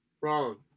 Wrong